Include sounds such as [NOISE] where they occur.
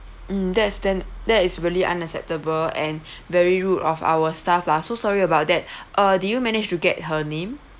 mm that's then that is really unacceptable and [BREATH] very rude of our staff lah so sorry about that [BREATH] uh did you manage to get her name